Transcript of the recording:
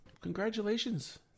Congratulations